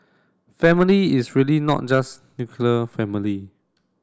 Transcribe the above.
family is really not just nuclear family